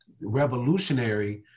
revolutionary